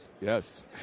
Yes